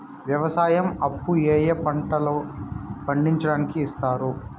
వ్యవసాయం అప్పు ఏ ఏ పంటలు పండించడానికి ఇస్తారు?